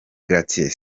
gratien